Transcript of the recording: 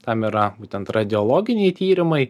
tam yra būtent radiologiniai tyrimai